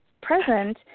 present